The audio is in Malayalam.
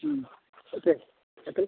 മ് ഓക്കേ എത്ര യ്